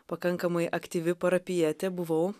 pakankamai aktyvi parapijietė buvau